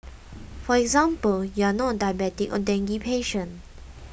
for example you are not a diabetic or dengue patient